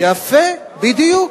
יפה, בדיוק.